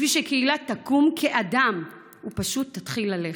בשביל שקהילה תקום כאדם ופשוט תתחיל ללכת.